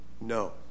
No